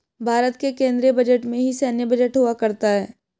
भारत के केन्द्रीय बजट में ही सैन्य बजट हुआ करता है